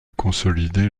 consolider